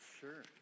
Sure